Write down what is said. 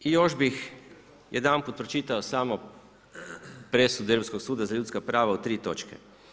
I još bih jedanput pročitao presudu Europskog suda za ljudska prava u tri točke.